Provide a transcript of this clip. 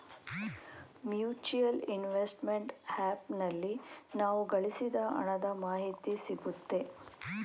mutual investment app ನಲ್ಲಿ ನಾವು ಗಳಿಸಿದ ಹಣದ ಮಾಹಿತಿ ಸಿಗುತ್ತೆ